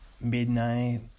midnight